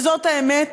וזאת האמת.